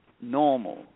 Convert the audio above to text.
normal